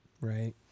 Right